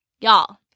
Y'all